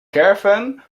caravan